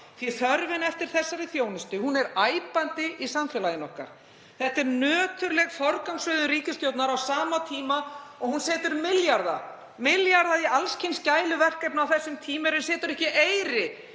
að þörfin eftir þessari þjónustu er æpandi í samfélaginu okkar. Þetta er nöturleg forgangsröðun ríkisstjórnar. Á sama tíma og hún setur milljarða í alls kyns gæluverkefni á þessum tímum setur hún ekki eyri